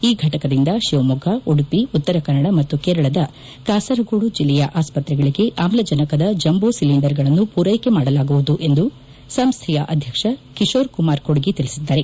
ಈ ಘಟಕದಿಂದ ಶಿವಮೊಗ್ಗ ಉಡುಪಿ ಉತ್ತರಕನ್ನಡ ಮತ್ತು ಕೇರಳದ ಕಾಸರಗೋಡು ಜಿಲ್ಲೆಯ ಆಸ್ತ್ರೆಗಳಿಗೆ ಆಮ್ಲಜನಕದ ಜಂಬೋ ಸಿಲಿಂಡರ್ಗಳನ್ನು ಪೂರೈಕೆ ಮಾಡಲಾಗುವುದು ಎಂದು ಸಂಸ್ಟೆಯ ಅಧ್ಯಕ್ಷ ಕಿಶೋರ್ಕುಮಾರ್ ಕೊಡ್ಗಿ ತಿಳಿಸಿದ್ದಾರೆ